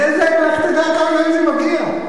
נזק, לך תדע לכמה זה מגיע.